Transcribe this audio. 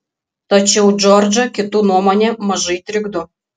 tačiau džordžą kitų nuomonė mažai trikdo